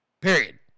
Period